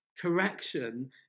Correction